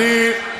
אני מאפשר לך.